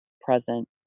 present